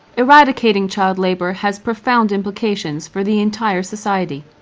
eradicating child labour has profound implications for the entire society.